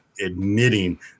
admitting